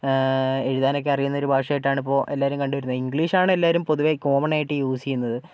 എഴുതാനൊക്കെ അറിയുന്ന ഒരു ഭാഷ ആയിട്ടാണ് ഇപ്പോൾ എല്ലാവരും കണ്ടുവരുന്നത് ഇംഗ്ലീഷ് ആണ് എല്ലാവരും പൊതുവെ കോമൺ ആയിട്ട് യൂസ് ചെയ്യുന്നത്